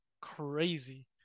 crazy